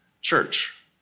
church